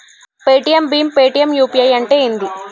Paytm భీమ్ Paytm UPI అంటే ఏంది?